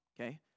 okay